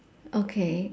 okay